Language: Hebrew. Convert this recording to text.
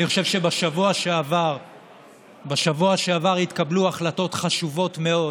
אני חושב שבשבוע שעבר התקבלו החלטות חשובות מאוד,